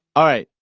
all right.